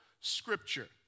Scripture